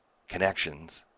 connections,